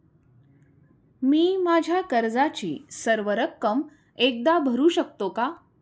मी माझ्या कर्जाची सर्व रक्कम एकदा भरू शकतो का?